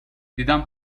دیدم